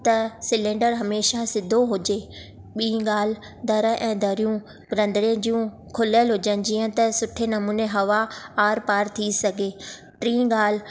त सिलेंडर हमेशह सिधो हुजे ॿी ॻाल्हि दरु ऐं दरियुं रंधिणे जियूं खुलियलु हुजे जीअं त सुठे नमूने हवा आर पार थी सघे टी ॻाल्हि